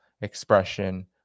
expression